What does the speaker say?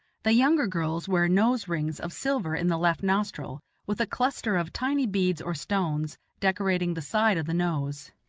the younger girls wear nose-rings of silver in the left nostril, with a cluster of tiny beads or stones decorating the side of the nose.